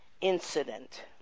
incident